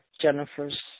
Jennifer's